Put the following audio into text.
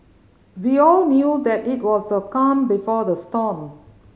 we all knew that it was the calm before the storm